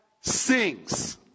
sings